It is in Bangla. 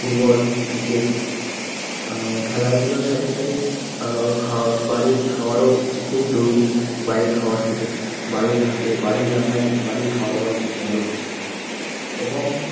ফুটবল ক্রিকেট খেলাধুলোর সাথে সাথে বাড়ির খাবারও খুব জরুরি বাইরের খাবার থেকে বাড়ির হাতে বাড়ির রান্নাই বাড়ির খাওয়া দাওয়াই খুব ভালো এবং